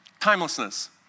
Timelessness